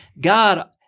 God